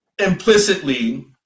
implicitly